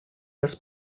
this